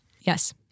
Yes